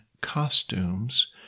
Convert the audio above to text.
costumes